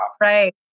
Right